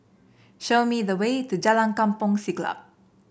show me the way to Jalan Kampong Siglap